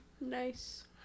Nice